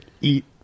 eat